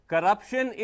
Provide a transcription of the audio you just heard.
Corruption